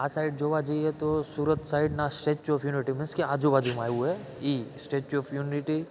આ સાઇડ જોવા જઈએ તો સુરત સાઇડના સ્ટેચ્યુ ઓફ યુનિટી મિન્સ કે આજુ બાજુમાં આવ્યું છે એ સ્ટેચ્યુ ઓફ યુનિટી